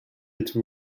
êtes